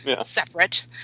separate